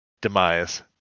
demise